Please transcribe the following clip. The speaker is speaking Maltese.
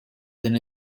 din